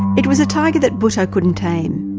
it was a tiger that bhutto couldn't tame.